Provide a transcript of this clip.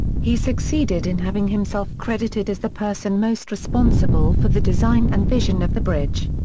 he succeeded in having himself credited as the person most responsible for the design and vision of the bridge.